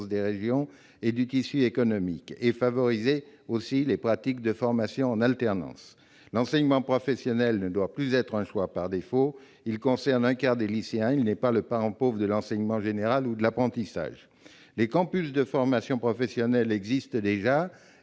les régions, mais favoriser les pratiques de formation en alternance. L'enseignement professionnel ne doit plus être un choix par défaut. Il concerne un quart des lycéens, et il n'est pas le parent pauvre de l'enseignement général ou de l'apprentissage. Les campus de formation professionnelle existent déjà.